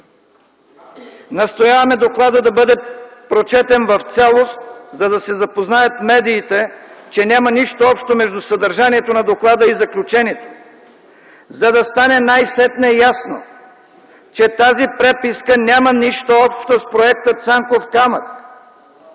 Настояваме докладът да бъде прочетен в цялост, за да се запознаят медиите, че няма нищо общо между съдържанието на доклада и заключението. За да стане най-сетне ясно, че тази преписка няма нищо общо с Проекта „Цанков камък”.